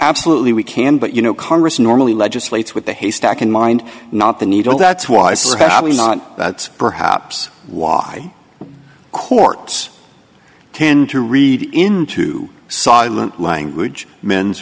absolutely we can but you know congress normally legislates with the haystack in mind not the needle that's why so have we not that's perhaps why courts tend to read into silent language men's